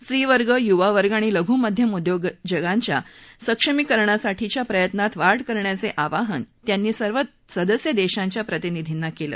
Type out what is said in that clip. स्त्रीवर्ग युवावर्ग आणि लघू मध्यम उद्योजगांच्या सक्षमीकरणासाठीच्या प्रयत्नांत वाढ करण्याचे आवाहन त्यांनी सर्व सदस्य देशांच्या प्रतिनिधींना केलं